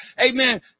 Amen